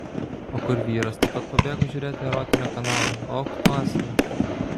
o kur vyras taip pat pabėgo žiūrėti erotinio kanalo och tu asile